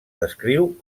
descriu